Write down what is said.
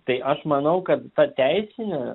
tai aš manau kad ta teisinė